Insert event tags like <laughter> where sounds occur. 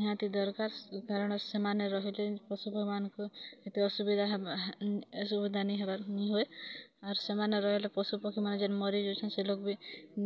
ନିହାତି ଦରକାର ଉଦାହରଣ ସେମାନେ ରହିଲେ ପଶୁପମାନଙ୍କୁ ଏତେ ଅସୁବିଧା <unintelligible> ନେଇ ହବାର୍ ନେଇ ହଏ ଔର୍ ସେମାନେ ରହିଲେ ପଶୁପକ୍ଷୀମାନେ ଯେନ୍ ମରି ଯାଉଛନ୍ତି ସେ ଲୋଗ୍ ବି